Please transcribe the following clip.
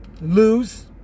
lose